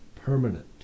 permanent